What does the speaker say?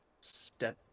step